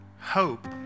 hope